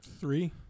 Three